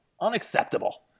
Unacceptable